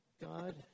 God